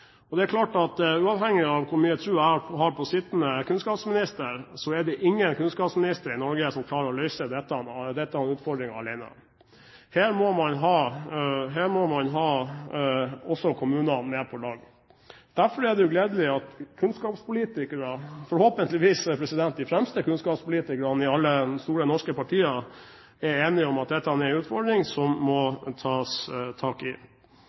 Det er klart at – uavhengig av hvor mye tro jeg har på sittende kunnskapsminister – det er ingen kunnskapsminister i Norge som klarer å løse disse utfordringene alene. Her må man også ha kommunene med på laget. Derfor er det gledelig at kunnskapspolitikerne – forhåpentligvis de fremste kunnskapspolitikerne i alle store norske partier – er enige om at dette er en utfordring som må tas tak i.